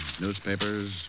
newspapers